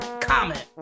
comment